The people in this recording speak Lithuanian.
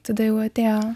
tada jau atėjo